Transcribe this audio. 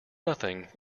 nothing